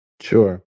Sure